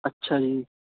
ਅੱਛਾ ਜੀ